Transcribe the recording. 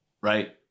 right